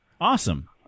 Awesome